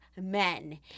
Men